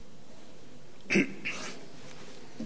יש כל